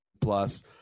Plus